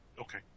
Okay